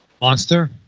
monster